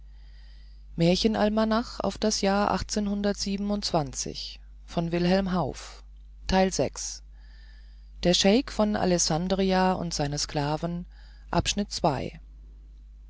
der scheik von alessandria und seine